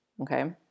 Okay